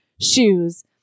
Shoes